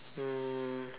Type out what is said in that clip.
um